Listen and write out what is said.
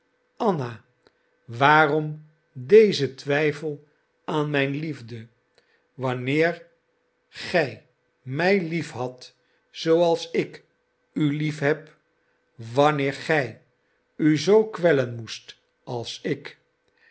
anna waarom deze twijfel aan mijn liefde wanneer gij mij liefhadt zooals ik u liefheb wanneer gij u zoo kwellen moest als ik